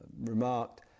remarked